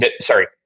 Sorry